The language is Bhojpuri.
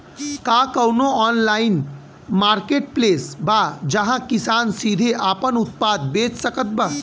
का कउनों ऑनलाइन मार्केटप्लेस बा जहां किसान सीधे आपन उत्पाद बेच सकत बा?